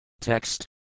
Text